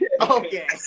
Okay